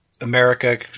America